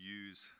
use